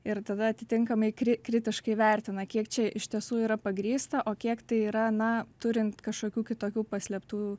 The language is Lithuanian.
ir tada atitinkamai kri kritiškai vertina kiek čia iš tiesų yra pagrįsta o kiek tai yra na turint kažkokių kitokių paslėptų